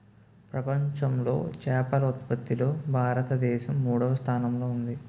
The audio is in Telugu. ప్రపంచంలో చేపల ఉత్పత్తిలో భారతదేశం మూడవ స్థానంలో ఉంది